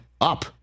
up